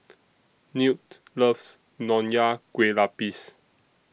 Newt loves Nonya Kueh Lapis